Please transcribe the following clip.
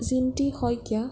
Jinti Saikia